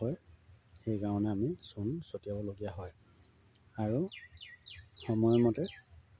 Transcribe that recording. হয় সেইকাৰণে আমি চূণ ছটিয়াবলগীয়া হয় আৰু সময়মতে